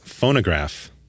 phonograph